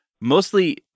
Mostly